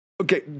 Okay